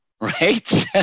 Right